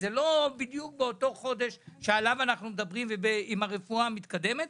לא בדיוק באותו חודש שעליו אנחנו מדברים עם הרופאה המתקדמת.